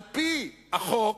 על-פי החוק,